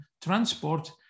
transport